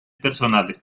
personales